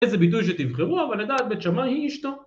איזה ביטוי שתבחרו, אבל לדעת בית שמאי היא אשתו